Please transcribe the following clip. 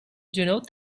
denote